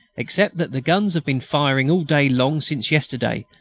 except that the guns have been firing all day long since yesterday,